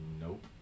Nope